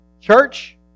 church